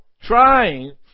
trying